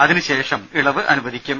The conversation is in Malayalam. അതിനു ശേഷം ഇളവ് അനുവദിക്കും